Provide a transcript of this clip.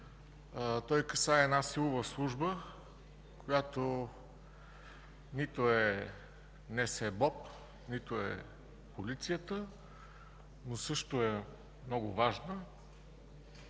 Той касае една силова служба, която нито е НСБОП, нито е Полицията, но също е много важна,